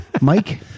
Mike